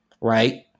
right